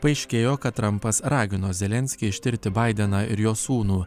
paaiškėjo kad trampas ragino zelenskį ištirti baideną ir jo sūnų